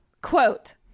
Quote